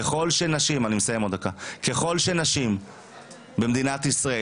ככל שנשים במדינת ישראל,